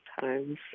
times